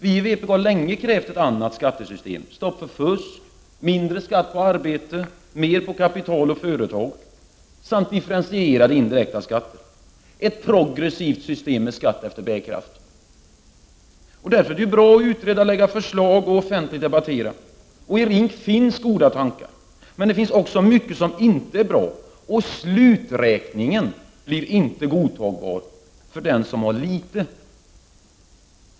Vi i vpk har länge krävt ett annat skattesystem — stopp för fusk, mindre skatt på arbete, mer på kapital och företag, samt differentierade indirekta skatter. Vi har krävt ett progressivt system med skatt efter bärkraft. Därför är det bra att utreda, lägga fram förslag och offentligt debattera. I RINK finns goda tankar, men det finns också mycket som inte är bra. Och sluträkningen blir inte godtagbar för den som har litet.